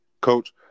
coach